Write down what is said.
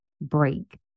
break